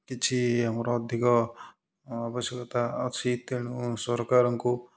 କିଛି ଆମର ଅଧିକ ଆବଶ୍ୟକତା ଅଛି ତେଣୁ ସରକାରଙ୍କୁ